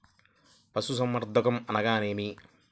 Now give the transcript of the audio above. పశుసంవర్ధకం అనగా ఏమి?